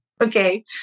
Okay